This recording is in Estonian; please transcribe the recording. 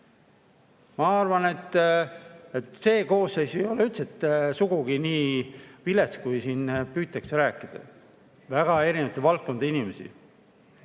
Ma arvan, et see koosseis ei ole sugugi nii vilets, kui siin püütakse rääkida. Väga erinevate valdkondade inimesi